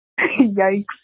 yikes